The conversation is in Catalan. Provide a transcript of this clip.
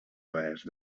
oest